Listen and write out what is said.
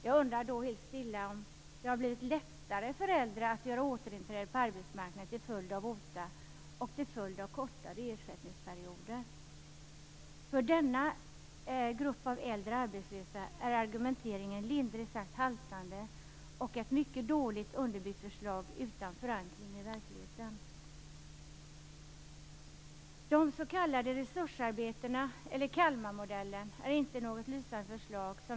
Jag undrar då helt stilla om det har blivit lättare för äldre att återinträda på arbetsmarknaden till följd av OTA och förkortade ersättningsperioder. För denna grupp av äldre arbetslösa är argumenteringen lindrigt sagt haltande. Det är ett mycket dåligt underbyggt förslag utan förankring i verkligheten. Förslaget till "resursarbeten", den s.k. Kalmarmodellen, är inte något lysande förslag.